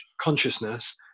consciousness